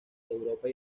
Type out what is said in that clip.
europa